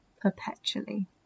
perpetually